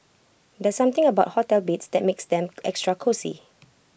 there's something about hotel beds that makes them extra cosy